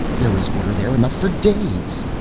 there is water there enough for days.